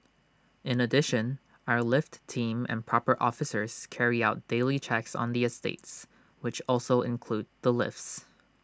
in addition our lift team and proper officers carry out daily checks on the estates which also include the lifts